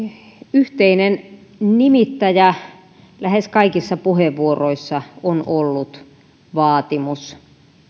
yhteinen nimittäjä lähes kaikissa puheenvuoroissa on ollut vaatimus